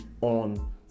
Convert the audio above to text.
on